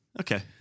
Okay